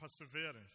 perseverance